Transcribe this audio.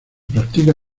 practica